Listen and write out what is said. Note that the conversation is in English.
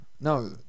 No